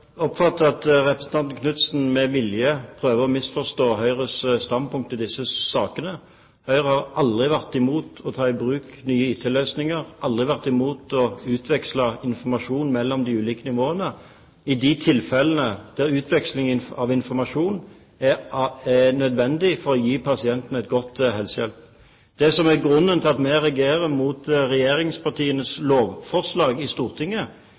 oppfatter at representanten Knutsen med vilje prøver å misforstå Høyres standpunkt i disse sakene. Høyre har aldri vært imot å ta i bruk nye IT-løsninger, aldri vært imot å utveksle informasjon mellom de ulike nivåene i de tilfellene der utveksling av informasjon er nødvendig for å gi pasienten god helsehjelp. Grunnen til at vi reagerer mot regjeringspartienes lovforslag i Stortinget,